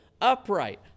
upright